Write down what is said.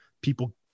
people